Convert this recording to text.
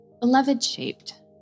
Beloved-shaped